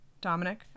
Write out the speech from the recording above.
Dominic